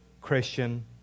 Christian